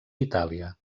itàlia